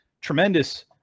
tremendous